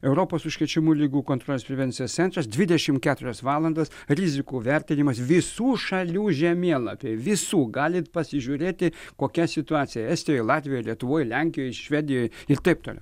europos užkrečiamų ligų kontrolės prevencijos centras dvidešimt keturias valandas rizikų vertinimas visų šalių žemėlapiai visų galit pasižiūrėti kokia situacija estijoj latvijoj lietuvoj lenkijoj švedijoj ir taip toliau